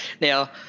Now